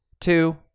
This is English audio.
two